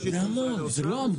החברות.